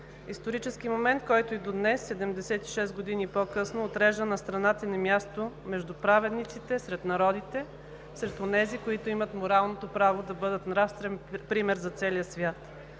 Исторически момент, който и до днес – 76 години по-късно, отрежда на страната ни място между праведниците сред народите, сред онези, които имат моралното право да бъдат нравствен пример за целия свят.